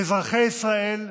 אזרחי ישראל,